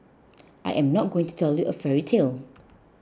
I am not going to tell you a fairy tale